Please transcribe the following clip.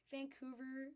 Vancouver –